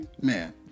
Man